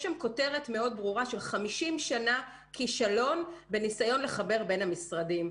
יש כישלון של 50 שנה בניסיון לחבר בין המשרדים.